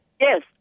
Yes